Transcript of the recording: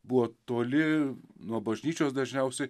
buvo toli nuo bažnyčios dažniausiai